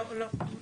לא, לא.